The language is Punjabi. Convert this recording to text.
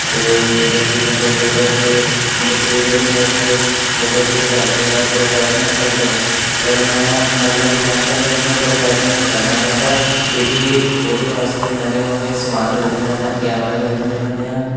ਅਤੇ ਜਿੱਦਾਂ ਕਿ ਮਤਲਬ ਲੋਕ ਅੱਜ ਮਤਲਬ ਪ੍ਰੀ ਵੈਡਿੰਗ ਵਾਸਤੇ ਫੋਟੋਸ਼ੂਟ ਕਰਦੇ ਆ ਪ੍ਰੋਫੈਸ਼ਨਲ ਕਰਦੇ ਆ ਪਰ ਮੈਂ ਮਤਲਬ ਕਹਿਣਾ ਚਾਹੁੰਦਾ ਕਿ ਮੈਂ ਪ੍ਰੋਫੈਸ਼ਨਲ ਨਹੀਂ ਕਰਨਾ ਚਾਹੁੰਦਾ ਕਿਉਂਕਿ ਉਹਦੇ ਵਾਸਤੇ ਮਹਿੰਗੇ ਮਹਿੰਗੇ ਸਮਾਨ ਖਰੀਦਣੇ ਪੈਂਦੇ ਨੇ ਕੈਮਰਾ ਖਰੀਦਣੇ ਪੈਂਦੇ ਹਨ